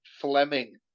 Fleming